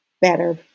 better